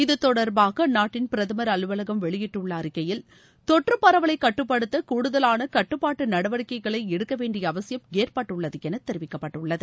இத்தொடர்பாக அந்நாட்டின் பிரதமர் அலுவலகம் வெளியிட்டுள்ள அறிக்கையில் தொற்றுப் பரவலை கட்டுப்படுத்த கூடுதலான கட்டுப்பாட்டு நடவடிக்கைகளை எடுக்க வேண்டிய அவசியம் ஏற்பட்டுள்ளது என தெரிவிக்கப்பட்டுள்ளது